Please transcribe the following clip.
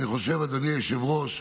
ואני חושב, אדוני היושב-ראש,